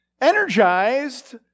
energized